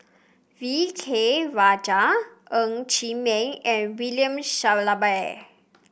V K Rajah Ng Chee Meng and William Shellabear